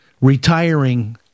retiring